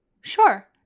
Sure